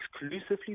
exclusively